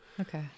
Okay